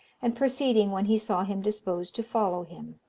and proceeding when he saw him disposed to follow him.